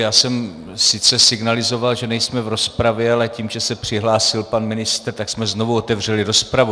Já jsem sice signalizoval, že nejsme v rozpravě, ale tím, že se přihlásil pan ministr, tak jsme znovu otevřeli rozpravu.